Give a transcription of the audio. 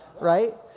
right